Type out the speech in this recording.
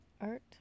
art